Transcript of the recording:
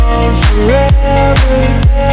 Forever